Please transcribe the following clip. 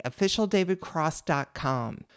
officialdavidcross.com